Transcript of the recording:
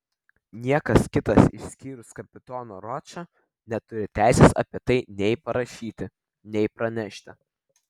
niekas kitas išskyrus kapitoną ročą neturi teisės apie tai nei parašyti nei pranešti